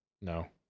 No